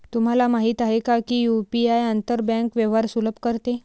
तुम्हाला माहित आहे का की यु.पी.आई आंतर बँक व्यवहार सुलभ करते?